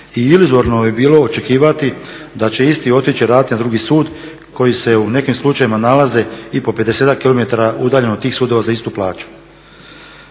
i iluzorno bi bilo očekivati da će isti otići raditi na drugi sud koji se u nekim slučajevima nalaze i po 50ak km udaljeno od tih sudova za istup plaću.